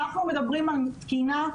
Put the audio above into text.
אנחנו מדברים על תקינה,